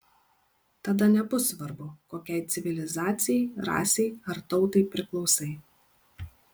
tada nebus svarbu kokiai civilizacijai rasei ar tautai priklausai